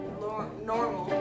normal